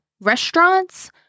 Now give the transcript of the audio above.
restaurants